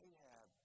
Ahab